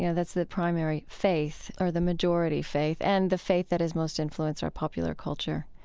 yeah that's the primary faith or the majority faith and the faith that has most influenced our popular culture.